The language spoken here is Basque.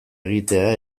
egitea